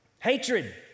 Hatred